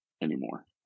anymore